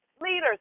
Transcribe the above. leaders